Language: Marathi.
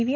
व्ही